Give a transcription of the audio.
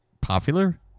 popular